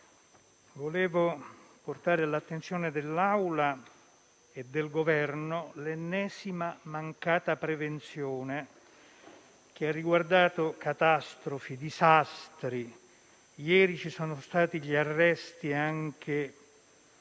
desidero portare all'attenzione dell'Aula e del Governo l'ennesima mancata prevenzione, che ha riguardato catastrofi e disastri (ieri ci sono stati arresti